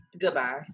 goodbye